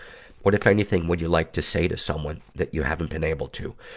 what, if anything, would you like to say to someone that you haven't been able to?